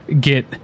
get